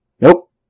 Nope